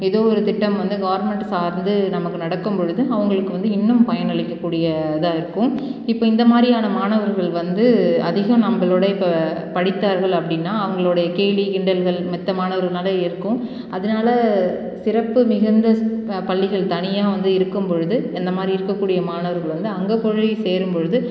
ஏதோ ஒரு திட்டம் வந்து கவுர்மெண்ட் சார்ந்து நமக்கு நடக்கும் பொழுது அவங்களுக்கு வந்து இன்னும் பயனளிக்க கூடிய இதாக இருக்கும் இப்போ இந்த மாதிரியான மாணவர்கள் வந்து அதிகம் நம்பளோடு இப்போ படித்தார்கள் அப்படின்னா அவங்களோடைய கேலி கிண்டல்கள் மித்த மாணவர்கள்னாலே இருக்கும் அதுனால் சிறப்பு மிகுந்த ஸ் பள்ளிகள் தனியாக வந்து இருக்கும் பொழுது இந்த மாதிரி இருக்கக்கூடிய மாணவர்கள் வந்து அங்கேப் போயி சேரும் பொழுது